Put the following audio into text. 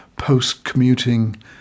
post-commuting